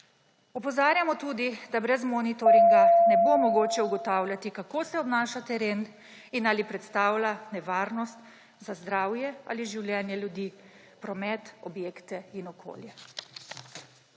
Opozarjamo tudi, da brez monitoringa ne bo mogoče ugotavljati, kako se obnaša teren in ali predstavlja nevarnost za zdravje ali življenje ljudi, promet, objekte in okolje.